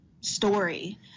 story